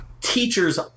teachers